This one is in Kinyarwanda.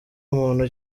muntu